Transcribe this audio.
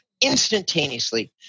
instantaneously